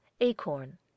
Acorn